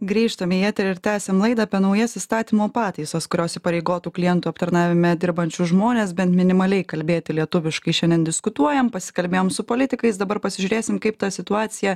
grįžtame į eterį ir tęsiam laidą apie naujas įstatymo pataisas kurios įpareigotų klientų aptarnavime dirbančius žmones bent minimaliai kalbėti lietuviškai šiandien diskutuojam pasikalbėjom su politikais dabar pasižiūrėsim kaip ta situacija